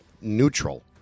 neutral